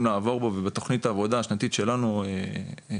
לעבור בו ובתוכנית העבודה השנתית שלנו השנה,